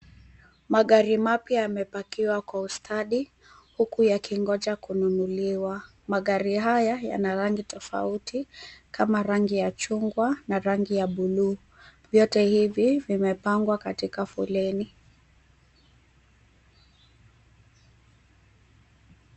Magari mapya yamepakiwa kwa ustadhi huku yakingoja kununuliwa. Magari haya yana rangi tofauti kama rangi ys chungwa na rangi ya buluu. Vyote hivi vimepangwa katika foleni.